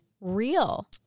real